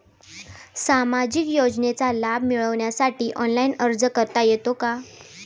सामाजिक योजनांचा लाभ मिळवण्यासाठी ऑनलाइन अर्ज करता येतो का?